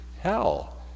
hell